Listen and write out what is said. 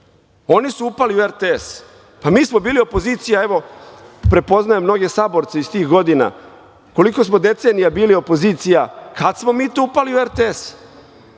su upali u RTS. Pa mi smo bili opozicija, evo, prepoznajem mnoge saborce iz tih godina, koliko smo decenija bili opozicija, kad smo mi to upali u RTS?